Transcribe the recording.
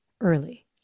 early